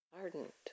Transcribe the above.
ardent